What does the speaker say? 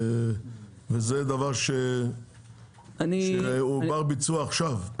זה דבר שהוא בר ביצוע עכשיו,